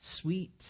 sweet